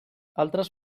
altres